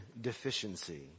deficiency